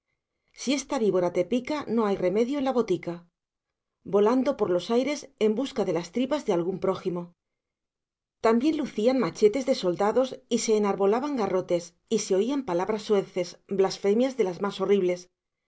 si esta bíbora te pica no hay remedio en la botica volando por los aires en busca de las tripas de algún prójimo también relucían machetes de soldados y se enarbolaban garrotes y se oían palabras soeces blasfemias de las más horribles